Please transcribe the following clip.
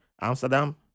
Amsterdam